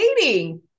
dating